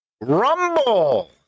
Rumble